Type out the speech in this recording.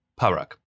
Parak